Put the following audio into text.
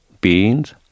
beans